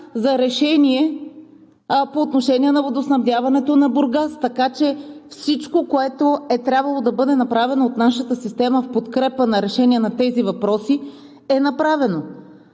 за решение по отношение на водоснабдяването на Бургас. Така че всичко, което е трябвало да бъде направено от нашата система в подкрепа на решение на тези въпроси, е направено.